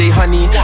honey